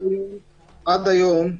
עד היום,